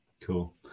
Cool